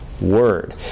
word